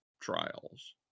Trials